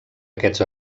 aquests